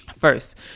First